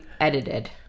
edited